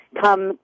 come